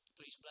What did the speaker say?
Please